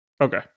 Okay